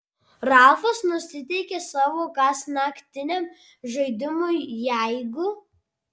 ralfas nusiteikė savo kasnaktiniam žaidimui jeigu